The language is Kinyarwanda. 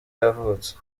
yavutse